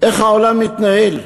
איך העולם מתנהל.